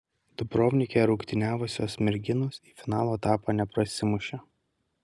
dubrovnike rungtyniavusios merginos į finalo etapą neprasimušė